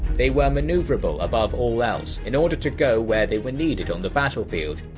they were maneuverable above all else in order to go where they were needed on the battlefield,